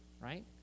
right